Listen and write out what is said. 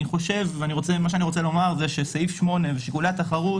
מה שאני רוצה לומר הוא שסעיף 8 ושיקולי התחרות